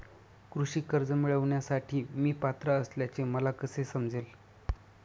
कृषी कर्ज मिळविण्यासाठी मी पात्र असल्याचे मला कसे समजेल?